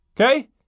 Okay